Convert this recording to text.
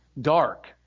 dark